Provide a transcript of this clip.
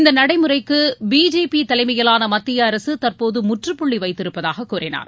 இந்த நடைமுறைக்கு பிஜேபி தலைமையிலான மத்திய அரசு தற்போது முற்றுப்புள்ளி வைத்திருப்பதாக அவர் கூறினார்